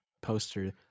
poster